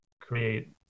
create